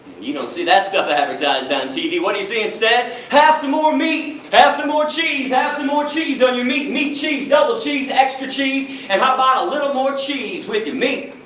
you don't see that stuff advertised on and tv. what you see instead? more meat! have some more cheese! have some more cheese on your meat! meat, cheese, double cheese, extra cheese, and how about a little more cheese with your meat?